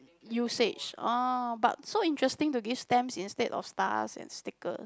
usage orh but so interesting to give stamps instead of stars and sticker